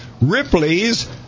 Ripley's